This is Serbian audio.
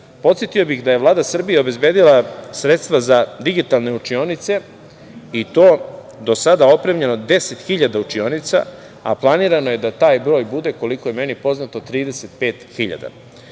podsetio bih da je Vlada Srbije obezbedila sredstva za digitalne učionice i to do sada opremljeno 10.000 učionica, a planirano je da taj broj bude, koliko je meni poznato,